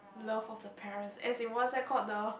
love of the parents as in what's that called the